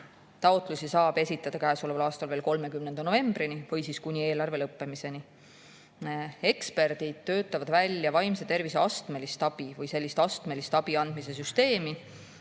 taotlusi saab esitada käesoleval aastal veel 30. novembrini või siis kuni eelarve lõppemiseni. Eksperdid töötavad välja astmelist vaimse tervise abi andmise süsteemi.